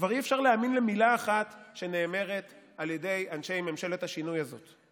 כבר אי-אפשר להאמין למילה אחת שנאמרת על ידי אנשי ממשלת השינוי הזאת.